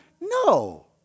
No